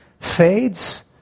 fades